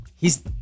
hes